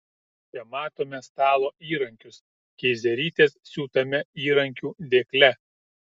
čia matome stalo įrankius keizerytės siūtame įrankių dėkle